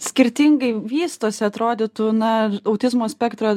skirtingai vystosi atrodytų na autizmo spektrą